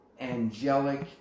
angelic